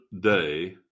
day